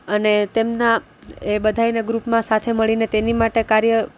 અને તેમના એ બધાંયને ગ્રૂપમાં સાથે મળીને તેની માટે કાર્ય